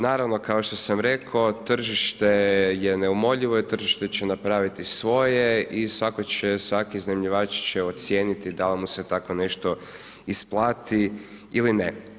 Naravno kao što sam rekao tržište je neumoljivo i tržište će napraviti svoje i svaki iznajmljivač će ocijeniti da li mu se tako nešto isplati ili ne.